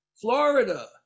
Florida